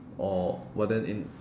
oh but then in